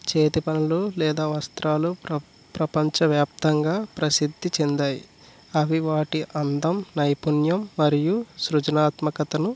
చేతి పనులు లేదా వస్త్రాలు ప్ర ప్రపంచవ్యాప్తంగా ప్రసిద్ధి చెందాయి అవి వాటి అందం నైపుణ్యం మరియు సృజనాత్మకతను